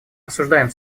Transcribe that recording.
осуждаем